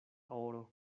oro